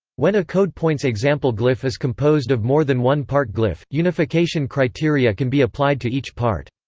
when a code point's example glyph is composed of more than one part glyph, unification criteria can be applied to each part.